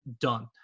Done